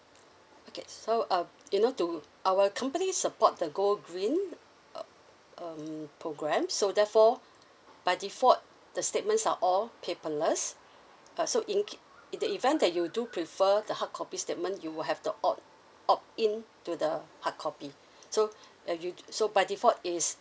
okay so uh you know to our company support the go green uh um program so therefore by default the statements are all paperless uh so in case in the event that you do prefer the hard copy statement you will have to opt opt in to the hard copy so uh you do so by default is